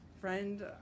friend